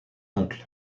oncle